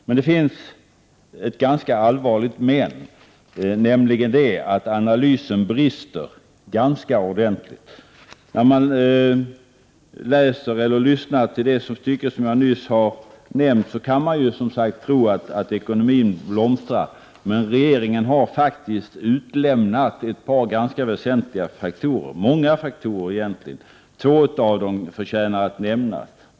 Det finns dock ett ganska allvarligt men, nämligen att analysen brister ordentligt. Den som tar del av det avsnitt som jag nyss läste upp kan tro att ekonomin blomstrar, men regeringen har faktiskt utelämnat ganska många väsentliga faktorer, av vilka två förtjänar att nämnas.